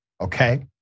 okay